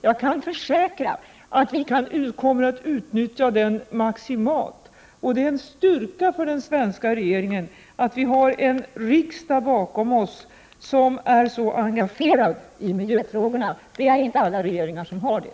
Jag kan försäkra att vi kommer att utnyttja denna möjlighet maximalt. Det är en styrka för den svenska regeringen att vi har en riksdag bakom oss som är så engagerad i miljöfrågorna. Det är inte alla regeringar förunnat.